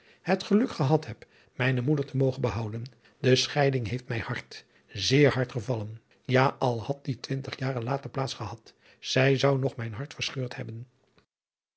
het geluk gehad heb mijne moeder te mogen behouden de scheiding heeft mij hard zeer adriaan loosjes pzn het leven van hillegonda buisman hard gevallen ja al had die twintig jaren later plaats gehad zij zou nog mijn hart verscheurd hebber